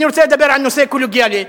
אני רוצה לדבר על נושא, קולגיאלי.